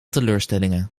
teleurstellingen